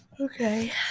okay